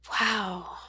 Wow